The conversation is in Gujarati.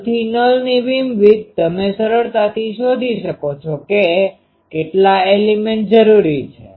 નલથી નલની બીમવિડ્થ તમે સરળતાથી શોધી શકો છો કે કેટલા એલીમેન્ટ જરૂરી છે